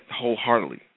wholeheartedly